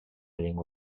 llengua